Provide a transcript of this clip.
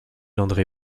andré